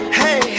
hey